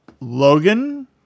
Logan